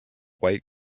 white